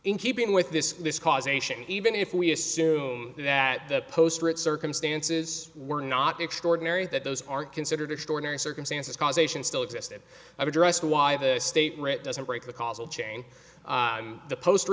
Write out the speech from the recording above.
in keeping with this this causation even if we assume that the post route circumstances were not extraordinary that those are considered extraordinary circumstances causation still existed i've addressed why the state writ doesn't break the causal chain the poster